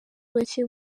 bake